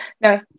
No